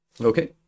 Okay